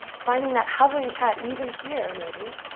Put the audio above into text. finding that hovering cat even here, maybe,